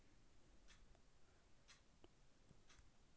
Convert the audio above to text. बुट हारबेसटर से कटा जितै कि दमाहि करे पडतै?